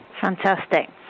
Fantastic